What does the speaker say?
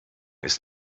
ist